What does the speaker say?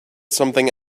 something